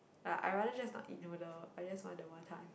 I rather just not eat noodles I just want the wanton